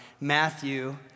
Matthew